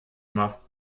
emañ